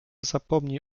zapomni